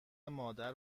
مادر